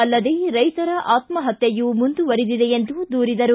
ಅಲ್ಲದೆ ರೈತರ ಆತ್ಮಹತ್ಯೆಯೂ ಮುಂದುವರಿದಿದೆ ಎಂದು ದೂರಿದರು